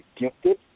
gifted